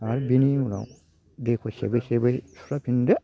आरो बिनि उनाव दैखौ सेबै सेबै सुस्राफिनदो